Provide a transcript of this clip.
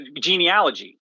genealogy